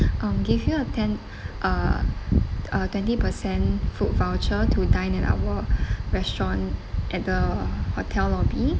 um give you a ten uh a twenty percent food voucher to dine in our restaurant at the hotel lobby